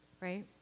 right